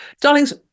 Darlings